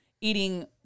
eating